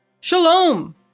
shalom